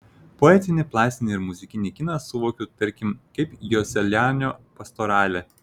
poetinį plastinį ir muzikinį kiną suvokiu tarkim kaip joselianio pastoralę